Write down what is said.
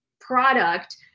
product